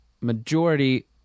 majority